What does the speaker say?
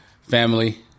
family